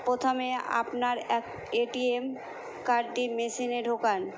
প্রথমে আপনার এটিএম কার্ডডি মেশিনে ঢোকান